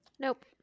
Nope